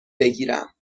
بگیرم